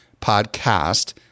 podcast